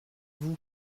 vous